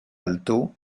alto